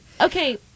okay